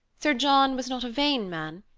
sir john was not a vain man,